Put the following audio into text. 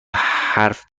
حرف